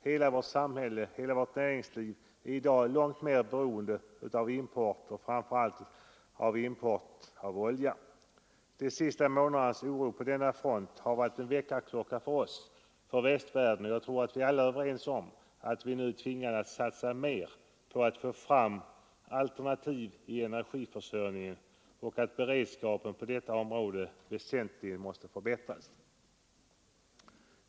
Hela vårt näringsliv och hela vårt samhälle är i dag långt mer beroende av import, framför allt av olja, än det var då. De senaste månadernas händelser på denna front har varit en väckarklocka för oss och för hela västvärlden. Jag tror att vi alla är överens om att vi nu är tvingade att satsa mer på att få fram alternativ när det gäller energiförsörjningen och att beredskapen på detta område väsentligt måste förbättras.